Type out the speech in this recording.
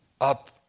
up